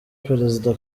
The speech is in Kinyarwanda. perezida